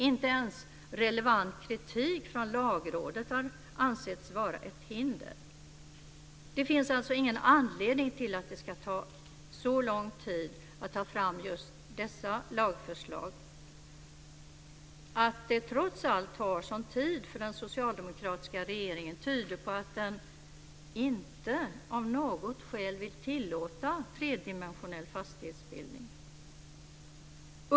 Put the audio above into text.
Inte ens relevant kritik från Lagrådet har ansetts vara ett hinder. Det finns alltså ingen anledning till att det ska ta lång tid att ta fram just dessa lagförslag. Att det trots allt tar sådan tid för den socialdemokratiska regeringen tyder på att den av något skäl inte vill tillåta tredimensionell fastighetsbildning.